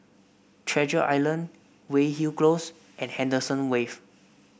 Treasure Island Weyhill Close and Henderson Wave